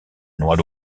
noix